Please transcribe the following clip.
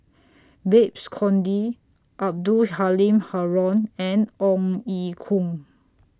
Babes Conde Abdul Halim Haron and Ong Ye Kung